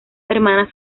hermanas